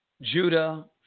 Judah